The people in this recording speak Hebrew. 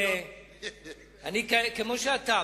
כמו שאתה,